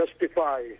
justify